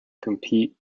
compete